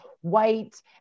white